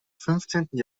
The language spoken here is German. fünfzehnten